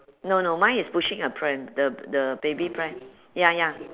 no no mine is pushing a pram the the baby pram ya ya